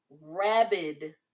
rabid